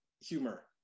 humor